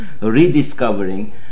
rediscovering